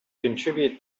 contribute